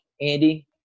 Andy